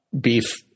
beef